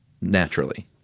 naturally